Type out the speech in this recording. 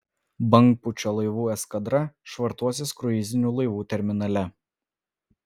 bangpūčio laivų eskadra švartuosis kruizinių laivų terminale